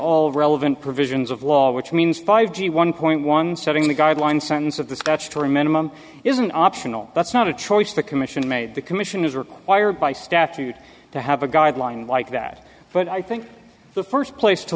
all relevant provisions of law which means five g one point one setting the guideline sentence of the scotch to a minimum isn't optional that's not a choice the commission made the commission is required by statute to have a guideline like that but i think the first place to